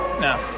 No